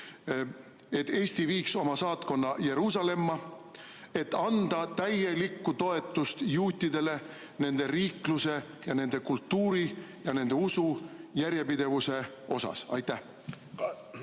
et Eesti viiks oma saatkonna Jeruusalemma, et toetada täielikult juute nende riikluses, nende kultuuris ja nende usu järjepidevuses. Aitäh!